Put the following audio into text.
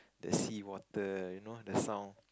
the seawater you know the sound